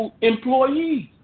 employees